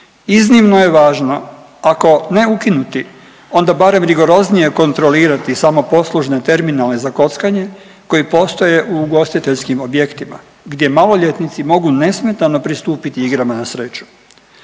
Iznimno je važno, ako ne ukinuti, onda barem rigoroznije kontrolirati samoposlužne terminale za kockanje koji postoje u ugostiteljskim objektima gdje maloljetnici mogu nesmetano pristupiti igrama na sreću.